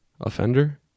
offender